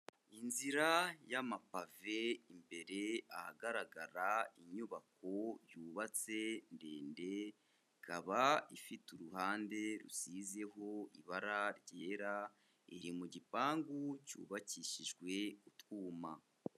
Inzira y'amapave imbere ahagaragara inyubako yubatse ndende, ikaba ifite uruhande rusizeho ibara ryera, iri mu gipangu cyubakishijwe utwuma.